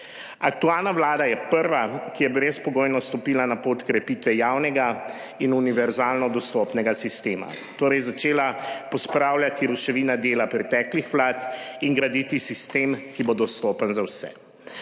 Aktualna vlada je prva, ki je brezpogojno stopila na pot krepitve javnega in univerzalno dostopnega sistema, torej začela pospravljati ruševine dela preteklih vlad in graditi sistem, ki bo dostopen za vse.